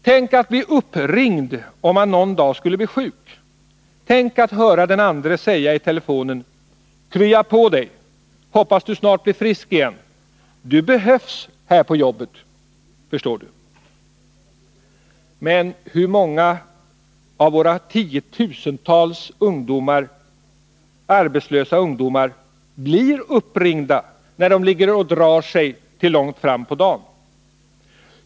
Tänk att bli uppringd, om man någon dag skulle bli sjuk, tänk att höra den andre säga i telefonen: ”Krya på dig! Hoppas du snart blir frisk igen. Du behövs här på jobbet, förstår du.” Men hur många av våra tiotusentals arbetslösa ungdomar blir uppringda när de ligger och drar sig till långt fram på dagen?